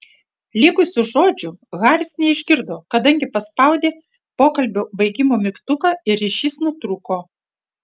likusių žodžių haris neišgirdo kadangi paspaudė pokalbio baigimo mygtuką ir ryšys nutrūko